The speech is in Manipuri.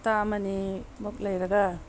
ꯍꯞꯇꯥ ꯑꯃꯅꯤꯃꯨꯛ ꯂꯩꯔꯒ